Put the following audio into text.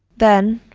then,